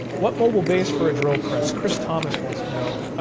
what mobile base for a drill press? chris thomas wants to know.